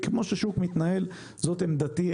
תאירי את עינינו